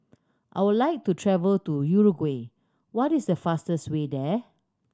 I would like to travel to Uruguay what is the fastest way there